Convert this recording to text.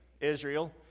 Israel